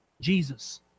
Jesus